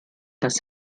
das